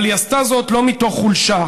אבל היא עשתה זאת לא מתוך חולשה,